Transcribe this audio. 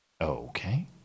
Okay